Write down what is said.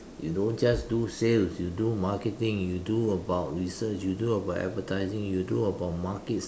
you don't just do sales you do marketing you do about research you do about advertising you do about market